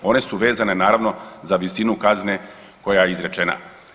One su vezane naravno za visinu kazne koja je izrečena.